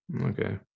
Okay